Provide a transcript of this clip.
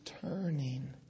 turning